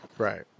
right